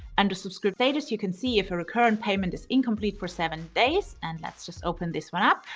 under subscription status, you can see if a recurrent payment is incomplete for seven days, and let's just open this one up,